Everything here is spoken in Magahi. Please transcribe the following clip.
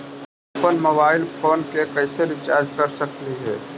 अप्पन मोबाईल फोन के कैसे रिचार्ज कर सकली हे?